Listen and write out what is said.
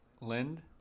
Lind